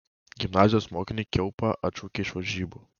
gimnazijos mokinį kiaupą atšaukė iš varžybų